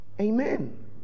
Amen